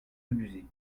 abuser